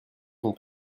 son